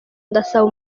ndasaba